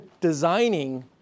designing